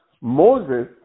Moses